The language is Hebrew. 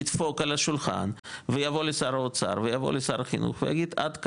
ידפוק על השולחן ויבוא לשר האוצר ויבוא לשר החינוך ויגיד עד כאן,